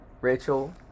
Rachel